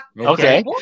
Okay